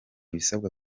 ibisabwa